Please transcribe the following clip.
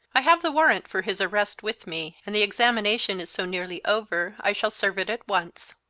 i have the warrant for his arrest with me, and the examination is so nearly over i shall serve it at once.